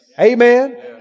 Amen